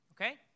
okay